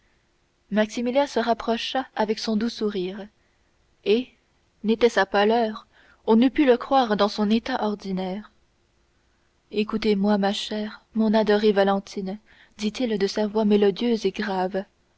maximilien se rapprocha avec son doux sourire et n'était sa pâleur on eût pu le croire dans son état ordinaire écoutez-moi ma chère mon adorée valentine dit-il de sa voix mélodieuse et grave